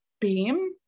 beam